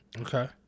Okay